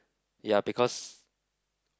ya because